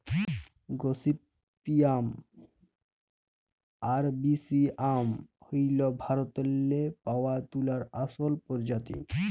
gossypium arboreum হ্যইল ভারতেল্লে পাউয়া তুলার আসল পরজাতি